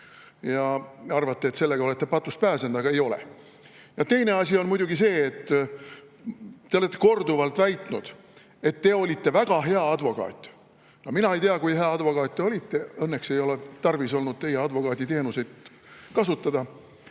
ja arvate, et sellega olete patust pääsenud. Aga ei ole. Teine asi on muidugi see, et te olete korduvalt väitnud, et te olite väga hea advokaat. Mina ei tea, kui hea advokaat te olite, õnneks ei ole tarvis olnud teie advokaaditeenuseid kasutada.